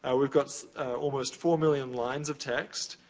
and we've got almost four million lines of text,